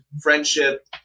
friendship